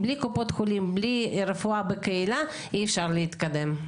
בלי קופות חולים ורפואה בקהילה אי אפשר להתקדם.